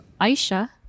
Aisha